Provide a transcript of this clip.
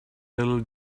little